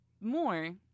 more